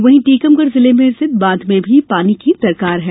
वहीं टीकमगढ़ जिले में स्थित बांध में भी पानी की दरकार है